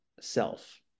self